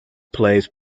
plays